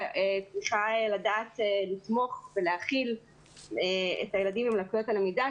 צריכה לדעת לתמוך ולהכיל את הילדים עם לקויות הלמידה,